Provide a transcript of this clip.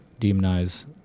demonize